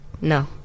No